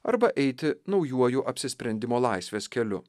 arba eiti naujuoju apsisprendimo laisvės keliu